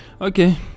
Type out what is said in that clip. okay